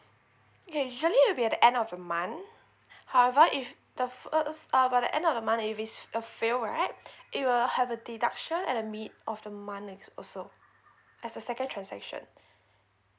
ya usually it will be at the end of the month however if the first uh by the end of the month if is a fail right it will have a deduction at the mid of the month also as a second transaction